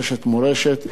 "מורשת".